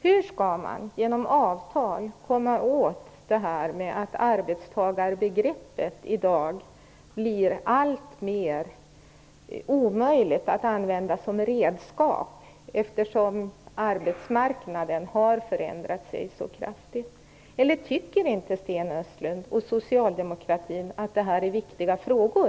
Hur skall man genom avtal komma åt det förhållandet att arbetstagarbegreppet i dag blir alltmer omöjligt att använda som redskap, eftersom arbetsmarknaden har förändrats så kraftigt? Eller tycker inte Sten Östlund och socialdemokratin att det är viktiga frågor?